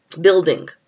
building